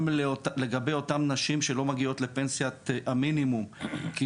גם לגבי אותן נשים שלא מגיעות לפנסיית המינימום כי